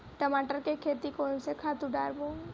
टमाटर के खेती कोन से खातु डारबो?